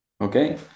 Okay